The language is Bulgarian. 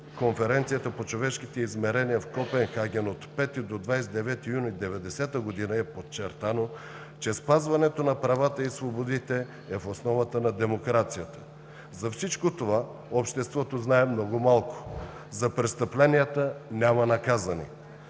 конференцията по човешките измерения в Копенхаген от 5 до 29 юни 1990 г. е подчертано, че спазването на правата и свободите е в основата на демокрацията. За всичко това обществото знае много малко. За престъпленията няма наказани.